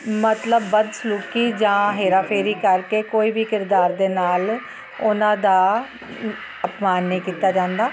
ਮਤਲਬ ਬਦਸਲੂਕੀ ਜਾਂ ਹੇਰਾਫੇਰੀ ਕਰਕੇ ਕੋਈ ਵੀ ਕਿਰਦਾਰ ਦੇ ਨਾਲ ਉਹਨਾਂ ਦਾ ਅਪਮਾਨ ਨਹੀਂ ਕੀਤਾ ਜਾਂਦਾ